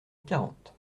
quarante